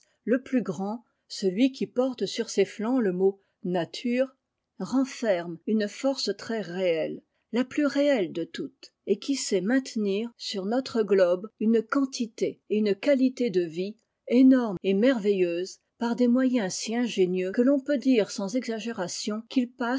le plus grand celui qui porte sur ses flancs mot nature renferme une force très réell la plus réelle de toutes et qui sait maintenir sur notre globe une quanlîtiî et une qualité de vie énorme et merveilleuse par des moyens si ingénieux que ton peut dire sans exagération qu'ils passent